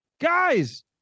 Guys